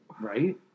Right